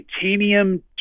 titanium